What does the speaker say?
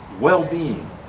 well-being